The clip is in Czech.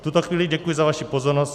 V tuto chvíli děkuji za vaši pozornost.